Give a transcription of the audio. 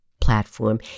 platform